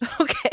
Okay